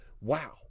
Wow